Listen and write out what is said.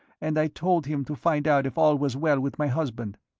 and i told him to find out if all was well with my husband.